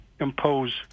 impose